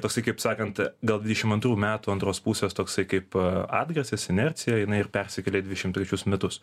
tasai kaip sakant gal dvidešimt antrų metų antros pusės toksai kaip atgarsis inercija jinai ir persikėlė į dvidešimt trečius metus